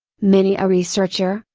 many a researcher,